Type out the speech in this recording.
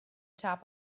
top